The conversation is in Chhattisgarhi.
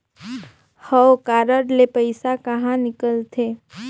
हव कारड ले पइसा कहा निकलथे?